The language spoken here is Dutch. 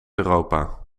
europa